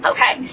Okay